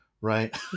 right